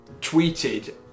tweeted